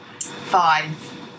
Five